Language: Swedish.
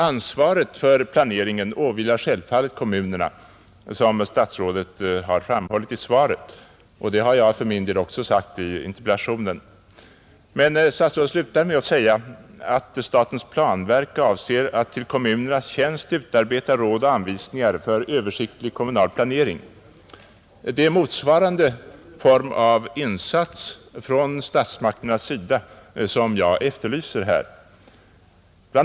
Ansvaret för planeringen åvilar självfallet kommunerna, som statsrådet har framhållit i svaret, och det har jag för min del också sagt i interpellationen. Men statsrådet slutade sitt anförande med att säga att statens planverk avser att till kommunernas tjänst ”utarbeta råd och anvisningar för översiktlig kommunal planering”. Det är motsvarande form av insats från statsmakterna som jag efterlyser. Bl.